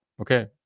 okay